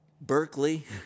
Berkeley